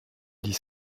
dix